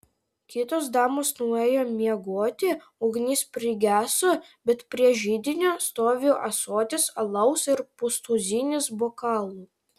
kitos damos nuėjo miegoti ugnis prigeso bet prie židinio stovi ąsotis alaus ir pustuzinis bokalų